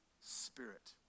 Spirit